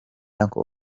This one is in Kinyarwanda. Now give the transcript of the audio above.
uncle